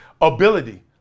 ability